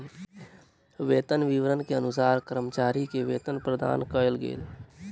वेतन विवरण के अनुसार कर्मचारी के वेतन प्रदान कयल गेल